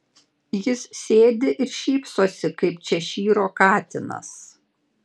jis sėdi ir šypsosi kaip češyro katinas